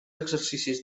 exercicis